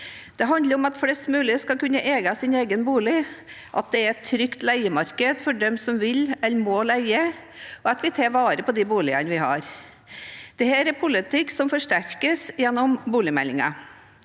Det handler om at flest mulig skal kunne eie sin egen bolig, at det er et trygt leiemarked for dem som vil eller må leie, og at vi tar vare på de boligene vi har. Dette er politikk som forsterkes gjennom boligmeldingen,